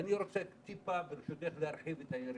ואני רוצה טיפה, ברשותך, להרחיב את היריעה.